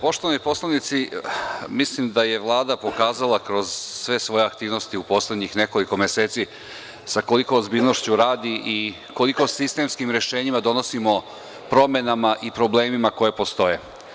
Poštovani poslanici, mislim da je Vlada pokazala kroz sve svoje aktivnosti u poslednjih nekoliko meseci sa kolikom ozbiljnošću radi i koliko sistemskim rešenjima donosimo, promenama i problemima koji postoje.